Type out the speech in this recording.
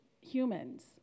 humans